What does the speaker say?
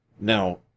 Now